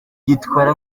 yitwara